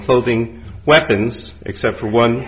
clothing weapons except for one